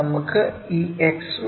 നമുക്ക് ഈ XY line വരയ്ക്കാം